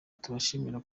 tubashimira